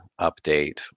update